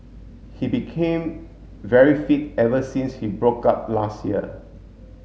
he became very fit ever since he broke up last year